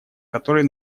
которой